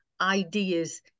ideas